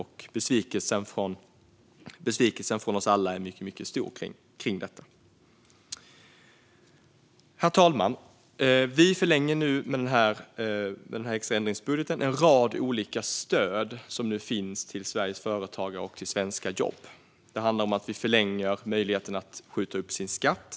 Besvikelsen från oss alla är mycket stor över detta. Herr talman! Vi förlänger nu med den extra ändringsbudgeten en rad olika stöd som finns till Sveriges företagare och till svenska jobb. Det handlar om att vi förlänger möjligheten att skjuta upp sin skatt.